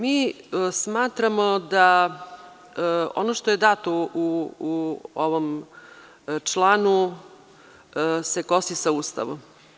Mi smatramo da ono što je dato u ovom članu se kosi sa Ustavom.